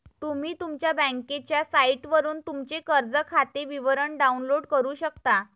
तुम्ही तुमच्या बँकेच्या साइटवरून तुमचे कर्ज खाते विवरण डाउनलोड करू शकता